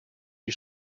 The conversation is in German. die